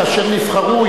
כאשר נבחרו,